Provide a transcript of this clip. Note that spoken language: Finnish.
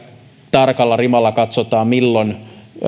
tarkalla rimalla katsotaan milloin